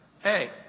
Hey